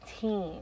team